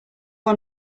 one